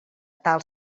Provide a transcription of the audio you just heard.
tal